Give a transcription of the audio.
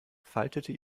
faltete